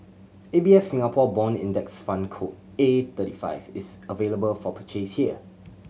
A B F Singapore Bond Index Fund code A thirty five is available for purchase here